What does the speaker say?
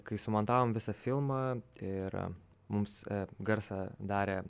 kai sumontavom visą filmą ir mums garsą darė